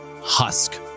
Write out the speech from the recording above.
husk